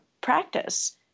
practice